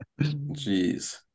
Jeez